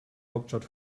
hauptstadt